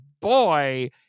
boy